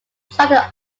charted